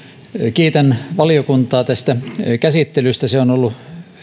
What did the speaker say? kiitän valiokuntaa tästä käsittelystä se on ollut